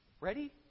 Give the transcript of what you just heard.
Ready